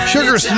Sugar